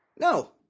No